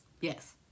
Yes